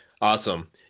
Awesome